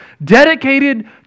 Dedicated